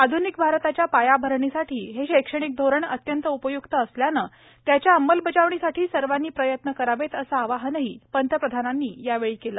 आध्निक भारताच्या पायाभरणीसाठी हे शैक्षणिक धोरण अत्यंत उपयुक्त असल्याने त्याच्या अंमलबजावणीसाठी सर्वानी प्रयत्न करावेत असं आवाहनही पंतप्रधानांनी यावेळी केलं